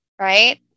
right